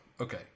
okay